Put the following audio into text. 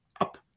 up